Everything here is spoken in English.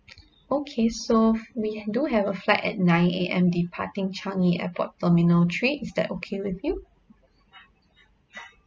okay so we do have a flight at nine A_M departing changi airport terminal three is that okay with you